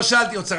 לא שאלתי אוצר.